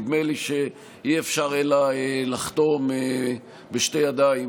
נדמה לי שאי-אפשר אלא לחתום בשתי ידיים